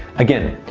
again,